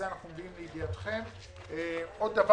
התקציב